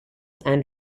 and